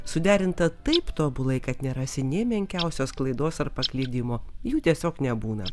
suderinta taip tobulai kad nerasi nė menkiausios klaidos ar paklydimo jų tiesiog nebūna